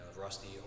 rusty